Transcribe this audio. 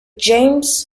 james